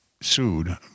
sued